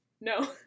No